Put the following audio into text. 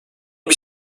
bir